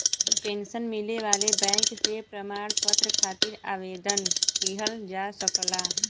pension मिले वाले bank से प्रमाण पत्र खातिर आवेदन किहल जा सकला